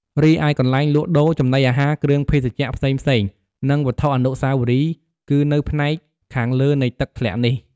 រីឯកន្លែងលក់ដូរ ចំណីអាហារ គ្រឿងភេសជ្ជៈផ្សេងៗ និងវត្ថុអនុស្សាវរីយ៍ គឺនៅផ្នែកខាងលើនៃទឹកធ្លាក់នេះ។